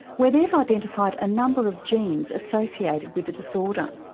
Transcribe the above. where they've identified a number of genes associated with the disorder.